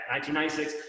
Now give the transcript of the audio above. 1996